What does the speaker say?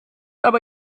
aber